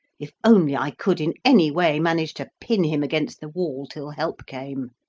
if only i could in any way manage to pin him against the wall till help came!